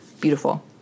beautiful